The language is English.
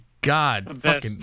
God